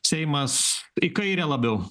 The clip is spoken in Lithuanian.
seimas į kairę labiau